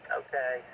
okay